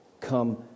Come